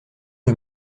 rue